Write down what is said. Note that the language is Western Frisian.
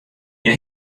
hja